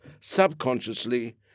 subconsciously